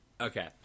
Okay